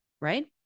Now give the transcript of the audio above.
right